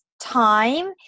time